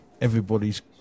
everybody's